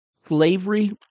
slavery